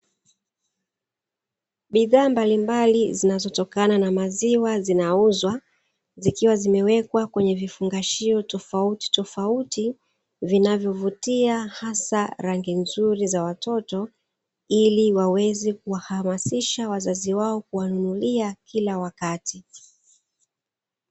Bidhaa mbalimbali zinazotokana na maziwa zinauzwa, zikiwa zimewekwa kwenye vifungashio tofautitofauti vinavyovutia hasa rangi nzuri za watoto, ili waweze kuwahamasisha wazazi wao kuwanunulia kila wakati.